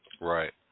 Right